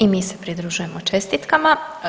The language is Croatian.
I mi se pridružujemo čestitkama.